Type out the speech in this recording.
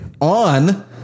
On